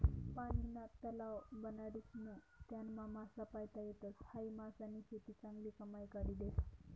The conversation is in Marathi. पानीना तलाव बनाडीसन त्यानामा मासा पायता येतस, हायी मासानी शेती चांगली कमाई काढी देस